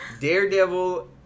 Daredevil